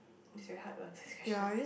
is very hard one this question